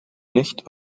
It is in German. nicht